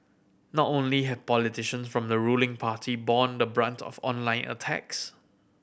not only have politicians from the ruling party borne the brunt of online attacks